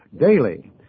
Daily